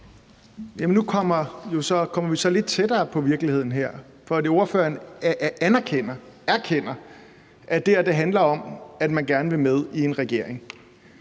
nu kommer vi så lidt tættere på virkeligheden her, for ordføreren erkender, at det her handler om, at man gerne vil med i en regering.